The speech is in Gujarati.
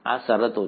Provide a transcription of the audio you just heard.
આ શરતો છે